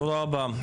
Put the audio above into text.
תודה רבה.